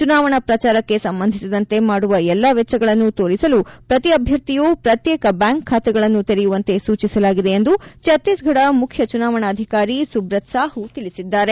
ಚುನಾವಣಾ ಪ್ರಚಾರಕ್ಕೆ ಸಂಬಂಧಿಸಿದಂತೆ ಮಾಡುವ ಎಲ್ಲ ವೆಚ್ಚಗಳನ್ನು ತೋರಿಸಲು ಪ್ರತಿ ಅಭ್ಯರ್ಥಿಯು ಪ್ರತ್ಯೇಕ ಬ್ಯಾಂಕ್ ಬಾತೆಗಳನ್ನು ತೆರೆಯುವಂತೆ ಸೂಚಿಸಲಾಗಿದೆ ಎಂದು ಛತ್ತೀಸ್ಗಢ ಮುಖ್ಯ ಚುನಾವಣಾಧಿಕಾರಿ ಸುಬ್ರತ್ ಸಾಹು ತಿಳಿಸಿದ್ದಾರೆ